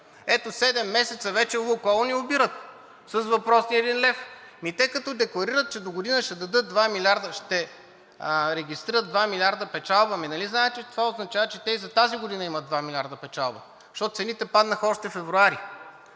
Ето седем месеца вече „Лукойл“ ни обират с въпросния един лев. Ами те, като декларират, че догодина ще регистрират 2 милиарда печалба, нали знаете, това означава, че и за тази година имат 2 милиарда печалба, защото цените паднаха още февруари.